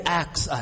acts